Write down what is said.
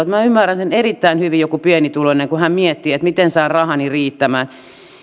minä ymmärrän sen erittäin hyvin kun joku pienituloinen miettii miten saa rahat riittämään